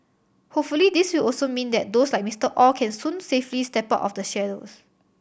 hopefully this will also mean that those like Mister Aw can soon safely step out of the shadows